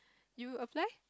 you offline